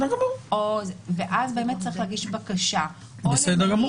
ואז צריך להגיש בקשה -- בסדר גמור.